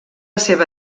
seva